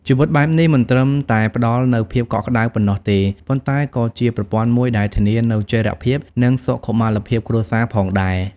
ជីវិតបែបនេះមិនត្រឹមតែផ្ដល់នូវភាពកក់ក្ដៅប៉ុណ្ណោះទេ ប៉ុន្តែក៏ជាប្រព័ន្ធមួយដែលធានានូវចីរភាព និងសុខុមាលភាពគ្រួសារផងដែរ។